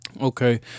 Okay